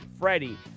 Freddie